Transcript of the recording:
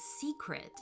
secret